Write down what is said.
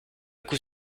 coup